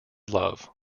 love